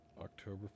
October